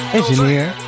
Engineer